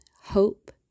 hope